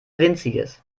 winziges